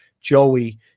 Joey